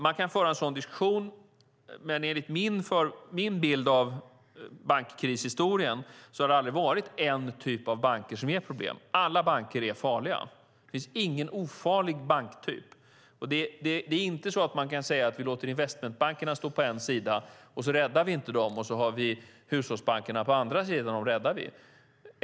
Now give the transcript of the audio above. Man kan föra en sådan diskussion, men enligt min bild av bankkrishistorien har det aldrig varit en typ av banker som är ett problem. Alla banker är farliga, det finns ingen ofarlig banktyp. Man kan inte säga att vi låter investmentbankerna stå på en sida, och dem räddar vi inte, och så har vi hushållsbankerna på andra sidan, och dem räddar vi.